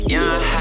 Young